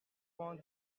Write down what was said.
point